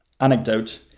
Anecdote